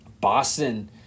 boston